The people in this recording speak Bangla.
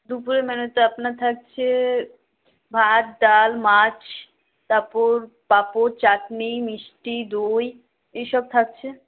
দুপুরের মেনুতে আপনার থাকছে ভাত ডাল মাছ পাঁপড় পাঁপড় চাটনি মিষ্টি দই এইসব থাকছে